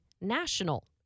national